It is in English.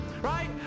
right